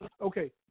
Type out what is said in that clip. Okay